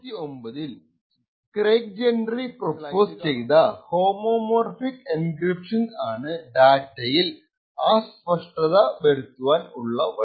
2009 ൽ Craig Gentry propose ചെയ്ത homomorphic encryption ആണ് ഡാറ്റയിൽ അസ്പഷ്ടത വരുത്തുവാൻ ഉള്ള വഴി